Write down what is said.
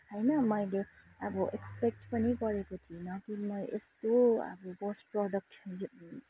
होइन मैले आब एक्सपेक्ट पनि गरेको थिइनँ कि म यस्तो अब वर्स्ट प्रडक्ट